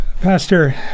Pastor